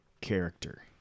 character